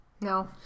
No